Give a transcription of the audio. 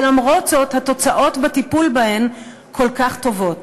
ולמרות זאת תוצאות הטיפול בהם כל כך טובות.